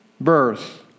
birth